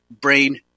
brain